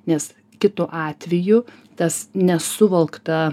nes kitu atveju tas nesuvokta